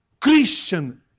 Christian